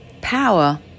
power